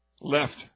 Left